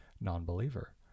non-believer